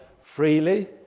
freely